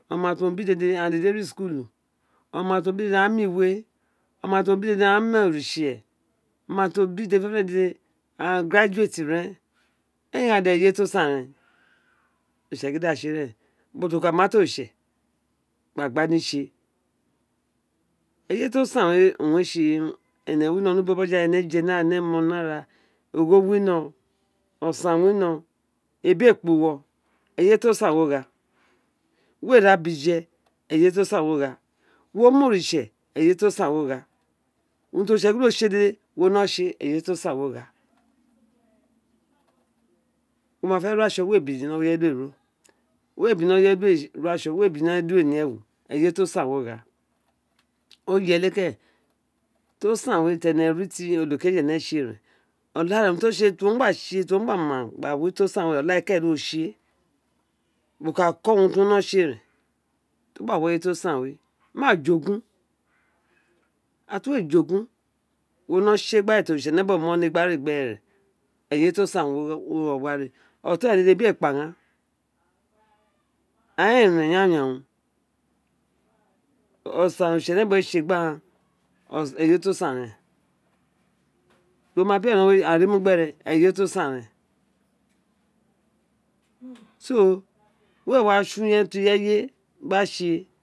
Oma tiwon bí dédè aghan dèdè ri school lu ọ̀ma ti won bi dèdè aghoan mí iwe oma tí won bí dèdè aghan ma oritse oma tiwon bí dédé aghan graduate tí rēn igháàn ẹye to san ren oritse gin di a tse réèn wo ka ma ti oritse gba gba ni tse eye to sin we owun re tse énè je ni ara éné mọ ni árà ogho winó ogaáan wino ebi éé kpa uwo eye to san wo gha we re gha bi jé eye to san wo gha wo ma oritse eye tosan wo ghaurun ti oritse gin di uwo tse dede wono tse eye tosan wo gha wo ma fe ri atso we bi je gin di ireye do wén uwo ogho we bí ní ewo óni ye dí uwo éé si ro atso wéré di uwo éè ni ewu eyi to san wo gha oyẹlẹ kérèn ti o san we énè ri ti olokeji énè ese ren ise olarè. urun tí o tse ti o gba ma ren olarè di uwo do tse wo ka kó urun ti o tse ren ti o gba wi eye ti o san we ma joo ogun ira ti uwo éè jo ogun wo nō tse gba re tere oritse kérè mu ewo ni gba re gbere ren eye to gan wo gha gba re oton re wino eba éé kpaa aghen a ruren yawunyawun osan owun oritsenébuwe ese gbí aghan eye to san réen wo ma birọ a kpe ri mu gbéré eye to san réèn we wa tson urun ti ireye gka tse